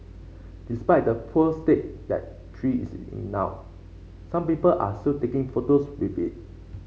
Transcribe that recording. despite the poor state that tree is in now some people are still taking photos with it